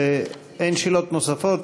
אין שאלות נוספות.